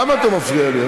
למה אתה מפריע לי?